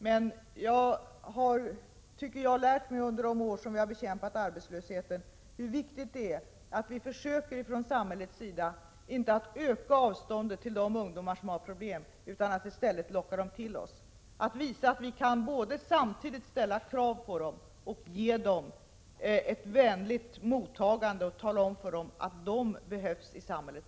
Men jag tror att jag har lärt mig under de år som vi har bekämpat arbetslösheten hur viktigt det är att vi försöker från samhällets sida att inte öka avståndet till de ungdomar som har problem utan i stället locka dem till oss. Vi måste visa att vi samtidigt kan ställa krav på dem och ge dem ett vänligare mottagande, tala om för dem att också de behövs i samhället.